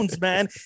man